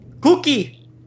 Cookie